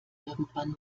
irgendwann